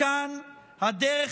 מכאן הדרך